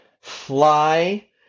fly